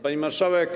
Pani Marszałek!